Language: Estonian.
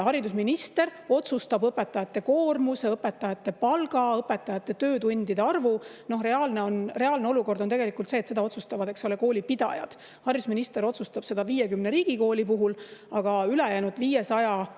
haridusminister otsustab õpetajate koormuse, õpetajate palga, õpetajate töötundide arvu. Reaalne olukord on see, et seda otsustavad koolipidajad. Haridusminister otsustab seda 50 riigikooli puhul, aga ülejäänud